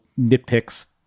nitpicks